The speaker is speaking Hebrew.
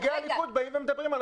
ונציגי הליכוד באים ומדברים.